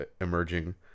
emerging